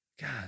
God